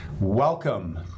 Welcome